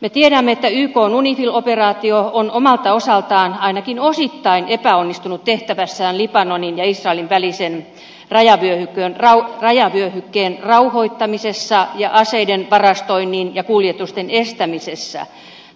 me tiedämme että ykn unifil operaatio on omalta osaltaan ainakin osittain epäonnistunut tehtävässään libanonin ja israelin välisen rajavyöhykkeen rauhoittamisessa ja aseiden varastoinnin ja kuljetusten estämisessä